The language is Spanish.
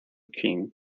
king